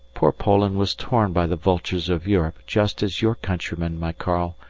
poor poland was torn by the vultures of europe, just as your countrymen, my karl,